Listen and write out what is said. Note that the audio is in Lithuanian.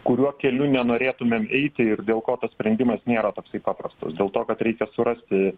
kuriuo keliu nenorėtumėm eiti ir dėl ko tas sprendimas nėra toksai paprastas dėl to kad reikia surasti